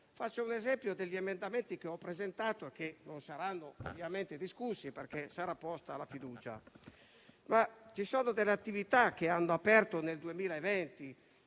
Faccio un esempio preso dagli emendamenti che ho presentato e che non saranno ovviamente discussi, perché sarà posta la fiducia. Ci sono delle attività che hanno aperto nel 2020,